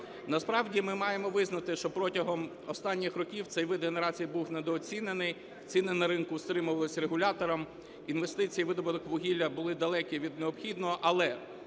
Насправді ми маємо визнати, що протягом останніх років цей вид генерації був недооцінений, ціни на ринку стримувались регулятором, інвестиції і видобуток вугілля були далекі від необхідного. Але